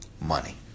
money